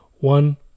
one